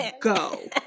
go